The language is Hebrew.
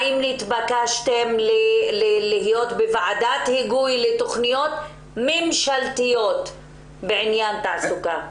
האם נתבקשתם להיות בוועדת היגוי לתוכניות ממשלתיות בעניין תעסוקה?